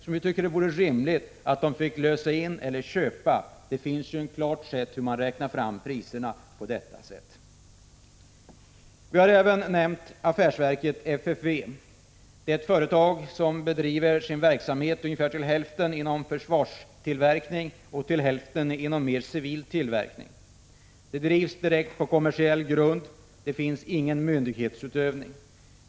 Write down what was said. Vi tycker att det vore rimligt att dessa fick lösa in eller köpa marken. Det finns ett klart sätt att räkna fram priset. Vi har även nämnt affärsverket FFV. Det är ett företag vars verksamhet ungefär till hälften består av försvarstillverkning och till hälften av mer civil tillverkning. Verksamheten drivs direkt på kommersiell grund. Det finns ingen myndighetsutövning.